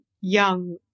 young